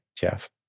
Jeff